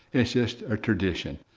it's just a tradition.